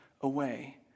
away